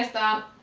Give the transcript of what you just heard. the